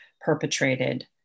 perpetrated